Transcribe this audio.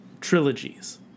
trilogies